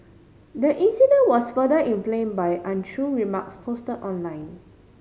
the incident was further inflame by untrue remarks post online